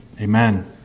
amen